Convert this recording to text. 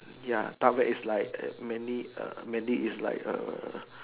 ya dark web is like err many err many is like err